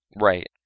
Right